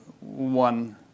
one